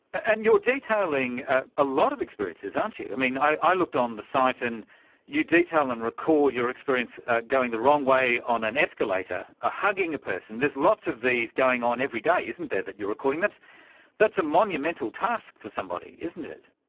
and you're detailing ah a lot of experiences, aren't you? i mean i looked on the site and you detail and record your experience going the wrong way on an escalator, ah hugging a person there's lots of these going on every day isn't there that you're recording. that's that's a monumental task for somebody isn't it.